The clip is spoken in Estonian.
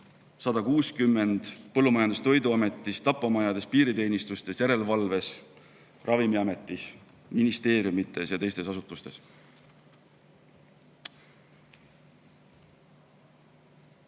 160 Põllumajandus- ja Toiduametis, tapamajades, piiriteenistustes, järelevalves, Ravimiametis, ministeeriumides ja teistes asutustes.